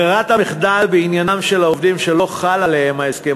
ברירת המחדל בעניינם של העובדים שלא חל עליהם ההסכם